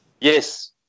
Yes